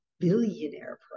billionaire